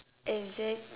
exactly